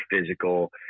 physical